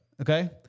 Okay